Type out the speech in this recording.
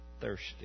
thirsty